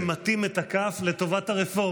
זאת אומרת שיש אחוזים שמטים את הכף לטובת הרפורמה.